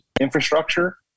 infrastructure